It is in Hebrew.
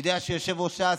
אני יודע שיושב-ראש ש"ס,